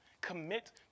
commit